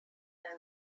they